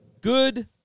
Good